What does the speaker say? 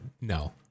No